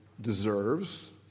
deserves